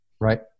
right